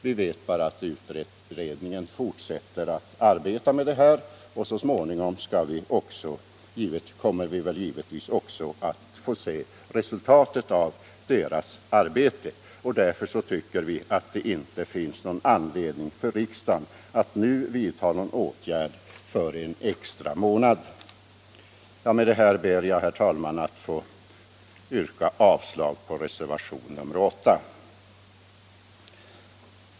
Vi vet bara att arbetsgruppen fortsätter arbeta med saken, och så småningom kommer vi givetvis också att få se resultatet av dess arbete. Därför tycker vi inom utskottsmajoriteten att det inte finns någon anledning för riksdagen att nu vidtaga åtgärder för en extra månad. Med detta ber jag, herr talman, att få yrka avslag på reservationen 8.